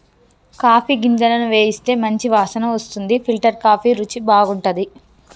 coffee గింజలను వేయిస్తే మంచి వాసన వస్తుంది ఫిల్టర్ కాఫీ రుచి బాగుంటది